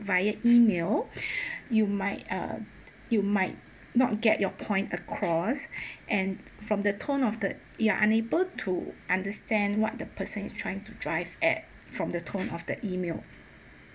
via email you might uh you might not get your point across and from the tone of the you're unable to understand what the person is trying to drive at from the tone of the email